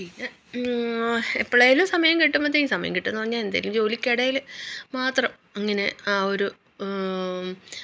പിന്നെ എപ്പോഴേലും സമയം കിട്ടുമ്പോഴത്തേക്കും സമയം കിട്ടുമെന്നു പറഞ്ഞാൽ എന്തെങ്കിലും ജോലിക്കിടയിൽ മാത്രം അങ്ങനെ ആ ഒരു